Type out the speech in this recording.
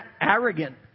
arrogant